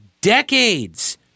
decades